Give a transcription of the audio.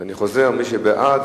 אני חוזר: מי שבעד,